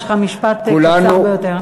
יש לך משפט קצר ביותר.